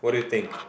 what do you think